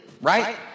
right